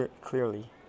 clearly